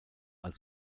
als